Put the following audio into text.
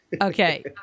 okay